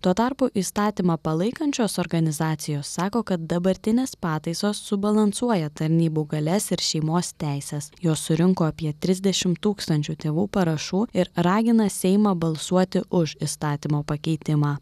tuo tarpu įstatymą palaikančios organizacijos sako kad dabartinės pataisos subalansuoja tarnybų galias ir šeimos teises jos surinko apie trisdešimt tūkstančių tėvų parašų ir ragina seimą balsuoti už įstatymo pakeitimą